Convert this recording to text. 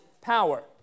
power